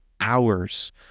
hours